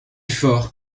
fort